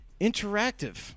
interactive